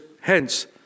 hence